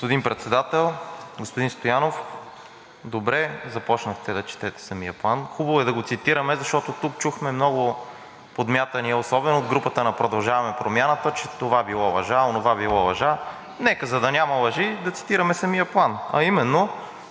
Господин Председател, господин Стоянов! Добре започнахте да четете самия План. Хубаво е да го цитираме, защото тук чухме много подмятания особено от групата на „Продължаваме Промяната“, че това било лъжа, онова било лъжа. Нека, за да няма лъжи, да цитираме самия План, а именно,